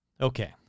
Okay